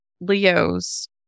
leo's